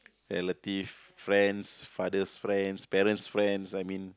relative friends father's friends parents' friends I mean